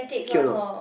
K or not